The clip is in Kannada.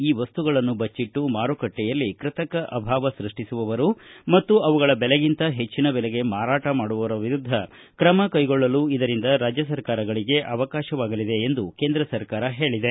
ಈ ವಸ್ತುಗಳನ್ನು ಬಚ್ಚಿಟ್ಟು ಮಾರುಕಟ್ಟೆಯಲ್ಲಿ ಕೃತಕ ಅಭಾವ ಸೃಷ್ಟಿಸುವವರು ಮತ್ತು ಅವುಗಳ ದೆಲೆಗಿಂತ ಹೆಚ್ಚಿನ ದೆಲೆಗೆ ಮಾರಾಟ ಮಾಡುವವರ ವಿರುದ್ದ ತ್ರಮ ಕೈಗೊಳ್ಳಲು ಇದರಿಂದ ರಾಜ್ಯ ಸರ್ಕಾರಗಳಿಗೆ ಅವಕಾಶವಾಗಲಿದೆ ಎಂದು ಕೇಂದ್ರ ಸರ್ಕಾರ ಹೇಳಿದೆ